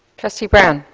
trustee brown.